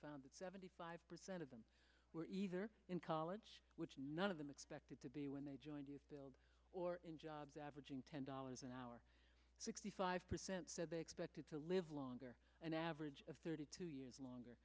that seventy five percent of them were either in college which none of them expected to be when they joined you build or in jobs averaging ten dollars an hour sixty five percent said they expected to live longer an average of thirty two years